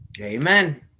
Amen